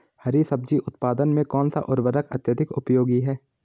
हरी सब्जी उत्पादन में कौन सा उर्वरक अत्यधिक उपयोगी है?